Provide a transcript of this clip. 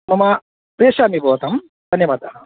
मम प्रेषयामि भवतां धन्यवादः